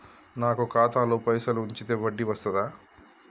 నాకు ఖాతాలో పైసలు ఉంచితే వడ్డీ వస్తదా?